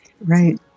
Right